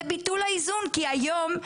זה ביטול האיזון כי היום,